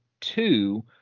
two